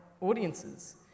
audiences